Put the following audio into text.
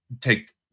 take